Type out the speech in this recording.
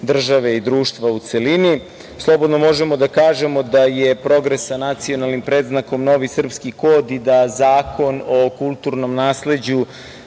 države i društva u celini. Slobodno možemo da kažemo da je progres sa nacionalnim predznakom novi srpski kod i da zakon o kulturnom nasleđu,